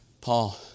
Paul